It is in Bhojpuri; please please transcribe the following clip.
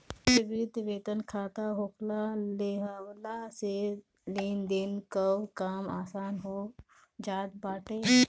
त्वरित वेतन खाता खोलवा लेहला से लेनदेन कअ काम आसान हो जात बाटे